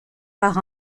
par